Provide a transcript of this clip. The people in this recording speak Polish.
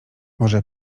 może